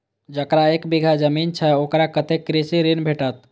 जकरा एक बिघा जमीन छै औकरा कतेक कृषि ऋण भेटत?